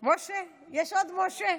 משה, יש עוד משה.